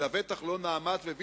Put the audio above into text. ובטח שלא כלפי "נעמת" וויצ"ו,